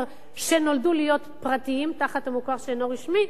שנולדו להיות פרטיים תחת המוכר שאינו רשמי,